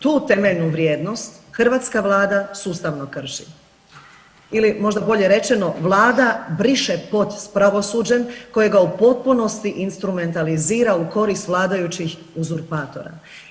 Tu temeljnu vrijednost hrvatska Vlada sustavno krši ili možda bolje rečeno Vlada briše pod s pravosuđem kojega u potpunosti instrumentalizira u korist vladajućih uzurpatora.